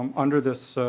um under this